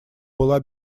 была